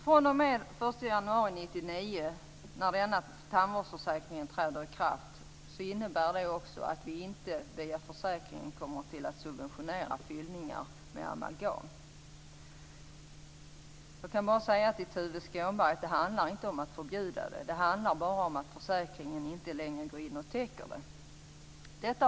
fr.o.m. den 1 januari 1999, när denna tandvårdsförsäkring träder i kraft, kommer man inte att via försäkringen subventionera fyllningar med amalgam. Jag kan bara säga till Tuve Skånberg att det inte handlar om att förbjuda amalgam. Det handlar bara om att försäkringen inte längre går in och täcker detta.